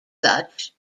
such